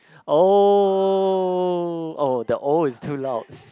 !oh! oh the oh is too loud